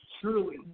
Truly